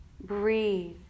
Breathe